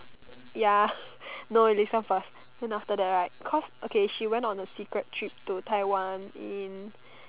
ya no you listen first then after that right cause okay she went on a secret trip to Taiwan in